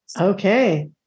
Okay